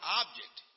object